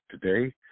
today